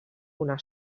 una